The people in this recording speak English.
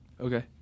Okay